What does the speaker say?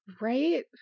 Right